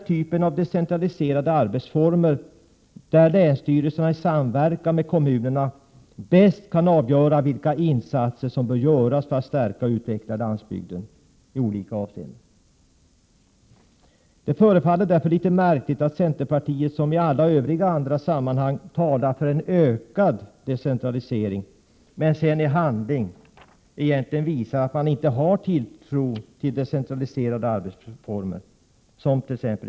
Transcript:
1987/88:127 länsstyrelserna, i samverkan med kommunerna, bäst avgöra vilka insatser 26 maj 1988 som bör göras för att stärka och utveckla landsbygden i olika avseenden. Det förefaller litet märkligt att centerpartiet, som i alla övriga sammanhang talar för en ökad decentralisering, i handling —t.ex. i det här avseendet — visar att man egentligen inte har tilltro till decentraliserade arbetsformer. Fru talman!